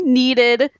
needed